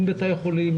עם בתי החולים,